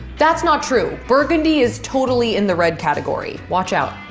that's not true burgundy is totally in the red category. watch out,